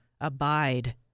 abide